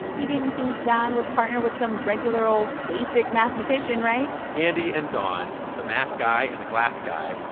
you didn't and think don would partner with some regular old basic mathematician, right? andy and don, the math guy and the glass guy,